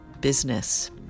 business